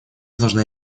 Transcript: должна